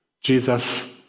Jesus